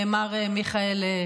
מר מיכאל,